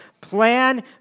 plan